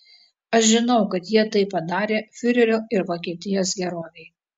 aš žinau kad jie tai padarė fiurerio ir vokietijos gerovei